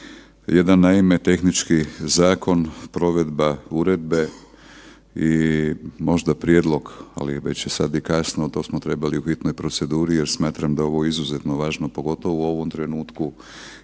Jedan naime tehnički zakon provedba uredbe i možda prijedlog, ali već je sada i kasno, to smo trebali u bitnoj proceduri jer smatram da je ovo izuzetno važno pogotovo u ovom trenutku